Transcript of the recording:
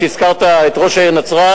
הזכרת את ראש העיר נצרת,